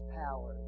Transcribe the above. power